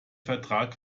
vertrag